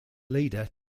leader